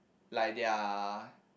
like their